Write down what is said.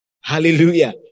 Hallelujah